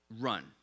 run